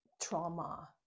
trauma